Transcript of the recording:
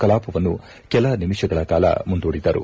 ಕಲಾಪವನ್ನು ಕೆಲ ನಿಮಿಷಗಳ ಕಾಲ ಮುಂದೂಡಿದರು